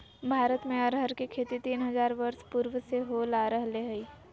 भारत में अरहर के खेती तीन हजार वर्ष पूर्व से होल आ रहले हइ